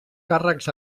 càrrecs